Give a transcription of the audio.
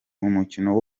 umukino